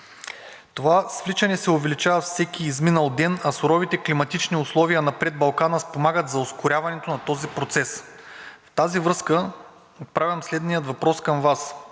Това свличане се увеличава с всеки изминал ден, а суровите климатични условия на Предбалкана спомагат за ускоряването на този процес. В тази връзка искам да отправя към Вас